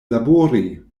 labori